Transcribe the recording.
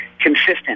consistent